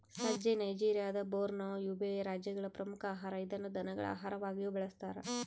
ಸಜ್ಜೆ ನೈಜೆರಿಯಾದ Borno, Yobe ರಾಜ್ಯಗಳ ಪ್ರಮುಖ ಆಹಾರ ಇದನ್ನು ದನಗಳ ಆಹಾರವಾಗಿಯೂ ಬಳಸ್ತಾರ